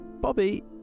bobby